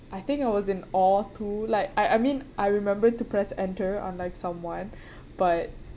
I think I was in awe too like I I mean I remember to press enter unlike someone but